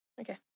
Okay